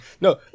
No